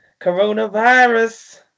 coronavirus